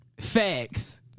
Facts